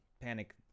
Panic